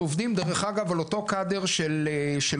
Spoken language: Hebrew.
דרך אגב, אנחנו עובדים על אותו קאדר של עובדים.